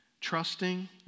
trusting